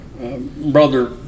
Brother